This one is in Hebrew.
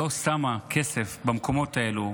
לא שמה כסף במקומות האלה.